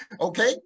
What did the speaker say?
Okay